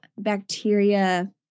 bacteria